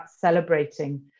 celebrating